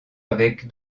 avec